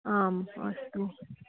आम् अस्तु